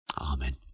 Amen